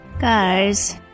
Guys